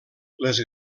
les